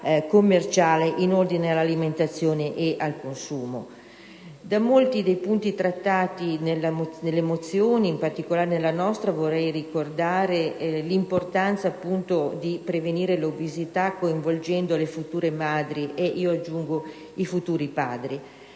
delle normative che limitano la pubblicità commerciale in ordine all'alimentazione e al consumo. Tra i molti punti trattati nelle mozioni, in particolare nella nostra, vorrei ricordare l'importanza di prevenire l'obesità coinvolgendo le future madri e, io aggiungo, i futuri padri.